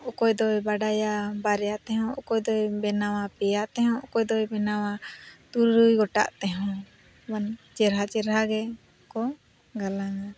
ᱚᱠᱚᱭ ᱫᱚᱭ ᱵᱟᱰᱟᱭᱟ ᱵᱟᱨᱭᱟ ᱛᱮᱦᱚᱸ ᱚᱠᱚᱭ ᱫᱚᱭ ᱵᱮᱱᱟᱣᱟ ᱯᱮᱭᱟ ᱛᱮᱦᱚᱸ ᱚᱠᱚᱭ ᱫᱚᱭ ᱵᱮᱱᱟᱣᱟ ᱛᱩᱨᱩᱭ ᱜᱚᱴᱟᱝ ᱛᱮᱦᱚᱸ ᱪᱮᱨᱦᱟ ᱪᱮᱨᱦᱟ ᱜᱮᱠᱚ ᱜᱟᱞᱟᱝᱼᱟ